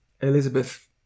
Elizabeth